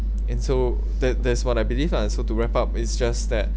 and so that that's what I believe lah and so to wrap up it's just that